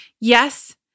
Yes